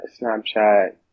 Snapchat